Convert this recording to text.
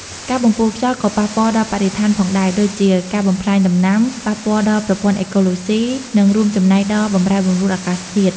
ការបំពុលខ្យល់ក៏ប៉ះពាល់ដល់បរិស្ថានផងដែរ ដូចជាការបំផ្លាញដំណាំ ប៉ះពាល់ដល់ប្រព័ន្ធអេកូឡូស៊ី និងរួមចំណែកដល់បម្រែបម្រួលអាកាសធាតុ។